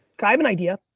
i have an idea.